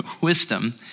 wisdom